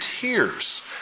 tears